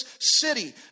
city